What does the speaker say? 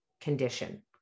condition